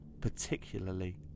particularly